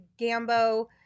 Gambo